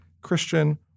Christian